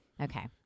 Okay